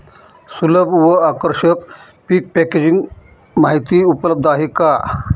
सुलभ व आकर्षक पीक पॅकेजिंग माहिती उपलब्ध आहे का?